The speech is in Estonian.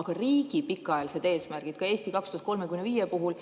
Aga riigi pikaajalised eesmärgid, ka "Eesti 2035" puhul,